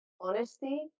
Honesty